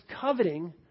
coveting